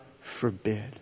forbid